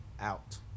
out